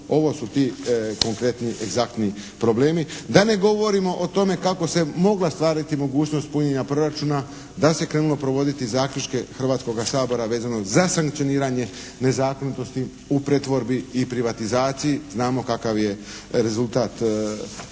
Ovo su ti konkretni zakoni problemi. Da ne govorimo o tome kako se mogla stvarati mogućnost punjenja proračuna, da se krenula provoditi zaključke Hrvatskoga sabora vezano za sankcioniranje nezakonitosti u pretvorbi i privatizaciji, znamo kakav je rezultat